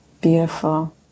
Beautiful